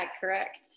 correct